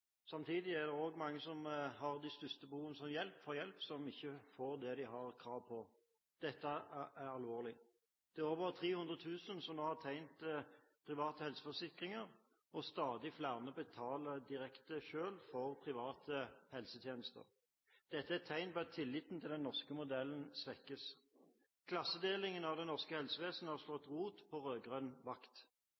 Samtidig er det også mange av dem som har størst behov for hjelp, som ikke får det de har krav på. Dette er alvorlig. Det er over 300 000 personer som nå har tegnet private helseforsikringer, og stadig flere betaler direkte selv for private helsetjenester. Dette er et tegn på at tilliten til den norske modellen svekkes. Klassedelingen av det norske helsevesenet